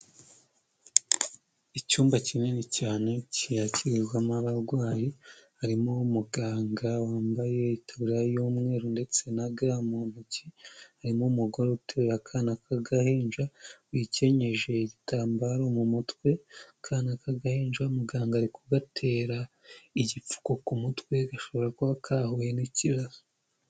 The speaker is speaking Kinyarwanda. Icyumba kinini cyane cyakirirwamo abarwayi harimo umuganga wambaye itaburiya y'umweru ndetse na ga mu ntoki, harimo umugore uteruye akana k'agahinja wikenyeje igitambaro mu mutwe akana k'agahinja muganga ari ku gatera igipfuko ku mutwe bishobora kuba kahuye n'ikibazo.